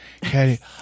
Katie